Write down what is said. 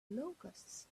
locusts